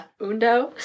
Undo